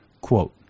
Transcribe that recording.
Quote